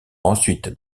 ensuite